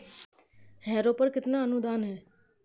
Harrow पर कितना अनुदान है?